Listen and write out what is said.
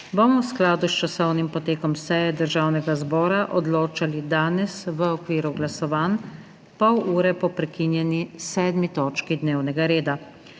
bomo v skladu s časovnim potekom seje Državnega zbora odločali danes v okviru glasovanj, pol ure po prekinjeni 7. točki dnevnega reda.